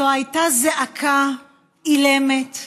זו הייתה זעקה אילמת,